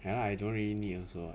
ya lah I don't really need also